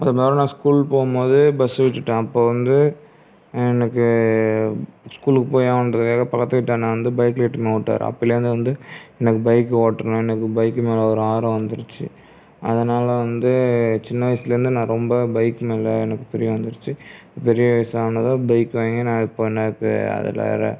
ஒரு நாள் நான் ஸ்கூல் போகும் போது பஸ் விட்டுட்டேன் அப்போ வந்து எனக்கு ஸ்கூல்க்கு போயே ஆகனுன்றதுக்காக பக்கத்து வீட்டு அண்ணா வந்து பைக்கில் இழுட்டுன்னு வந்ட்டாரு அப்போலேருந்து வந்து எனக்கு பைக் ஓட்டணும் எனக்கு பைக் மேலே ஒரு ஆர்வம் வந்துருச்சு அதனால் வந்து சின்ன வயசுலேந்து நான் ரொம்ப பைக் மேலே எனக்கு பிரியோம் வந்துடுச்சு பெரிய வயசானதும் பைக் வாங்கி நான் இப்போது எனக்கு அதில்